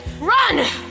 Run